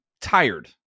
tired